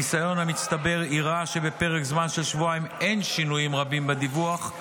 הניסיון המצטבר הראה שבפרק זמן של שבועיים אין שינויים רבים בדיווח,